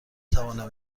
توانم